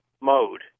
mode